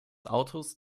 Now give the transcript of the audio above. autos